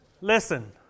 Listen